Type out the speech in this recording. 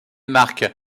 marques